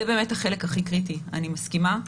זה באמת החלק הכי קריטי, אני מסכימה,